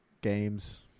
games